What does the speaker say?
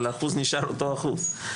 אבל האחוז נשאר אותו אחוז.